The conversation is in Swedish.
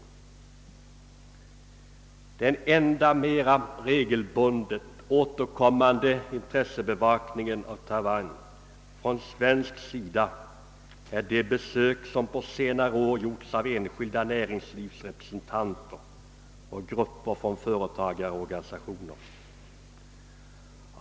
Den enda mera regelbundet återkomnande intressebevakningen av Taiwan från svensk sida är de besök som på senare år gjorts av enskilda näringslivsrepresentanter och grupper från företagarorganisationer.